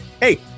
hey